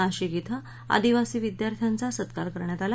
नाशिक इथं आदिवासी विद्यार्थ्यांचा सत्कार करण्यात आला